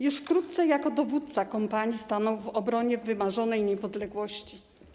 Już wkrótce jako dowódca kompanii stanął w obronie wymarzonej niepodległości.